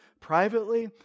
privately